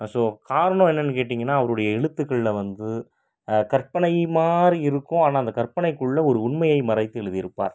so காரணம் என்னெனன்னு கேட்டிங்கனா அவருடைய எழுத்துக்களில் வந்து கற்பனை மாதிரி இருக்கும் ஆனால் அந்த கற்பனைக்குள்ள ஒரு உண்மையை மறைத்து எழுதியிருப்பார்